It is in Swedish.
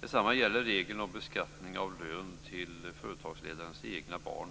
Detsamma gäller regeln om beskattning av lön till företagsledarens egna barn.